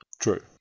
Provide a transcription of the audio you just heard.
True